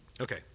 Okay